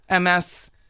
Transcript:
MS